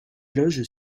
loges